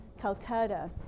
Calcutta